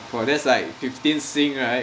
!wah! that's like fifteen sing right